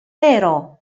vero